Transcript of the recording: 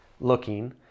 looking